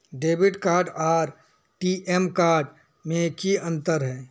Debit card आर ATM card में की अंतर है?